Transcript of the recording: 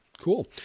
cool